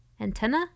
Antenna